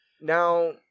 now